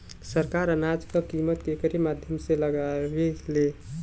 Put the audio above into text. सरकार अनाज क कीमत केकरे माध्यम से लगावे ले?